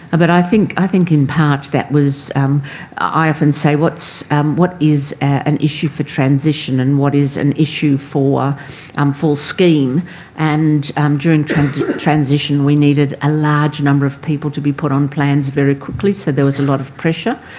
but i think i think in part that was i often say what's what is an issue for transition and what is an issue for um full scheme and um during transition transition we needed a large number of people to be put on plans very quickly, so there was a lot of pressure.